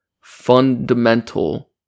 fundamental